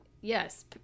yes